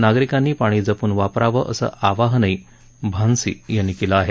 नागरिकांनी पाणी जपून वापरावं असं आवाहनही भानसी यांनी केलं आहे